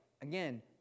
Again